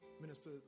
Minister